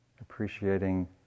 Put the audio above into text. appreciating